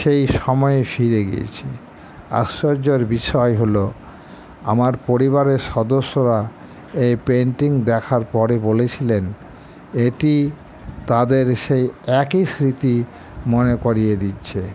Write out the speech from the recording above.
সেই সময়ে ফিরে গিয়েছি আশ্চর্যর বিষয় হল আমার পরিবারের সদস্যরা এই পেন্টিং দেখার পরে বলেছিলেন এটি তাদের সেই একই স্মৃতি মনে করিয়ে দিচ্ছে